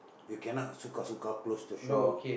you cannot suka suka close the shop